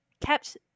kept